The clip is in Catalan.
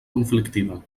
conflictiva